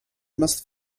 must